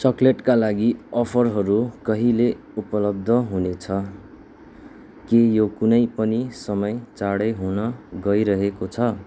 चकलेटका लागि अफरहरू कहिले उपलब्ध हुनेछ के यो कुनै पनि समय चाँडै हुन गइरहेको छ